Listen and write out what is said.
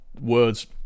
words